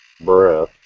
breath